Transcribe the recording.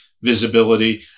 visibility